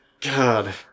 God